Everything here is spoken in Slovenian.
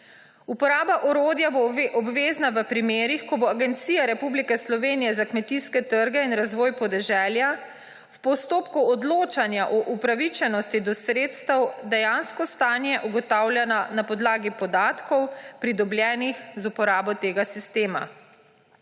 Uporaba orodja bo obvezna v primerih, ko bo Agencija Republike Slovenije za kmetijske trge in razvoj podeželja v postopku odločanja o upravičenosti do sredstev dejansko stanje ugotavljala na podlagi podatkov pridobljenih z uporabo tega sistema.